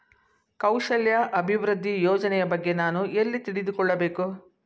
ಕೌಶಲ್ಯ ಅಭಿವೃದ್ಧಿ ಯೋಜನೆಯ ಬಗ್ಗೆ ನಾನು ಎಲ್ಲಿ ತಿಳಿದುಕೊಳ್ಳಬೇಕು?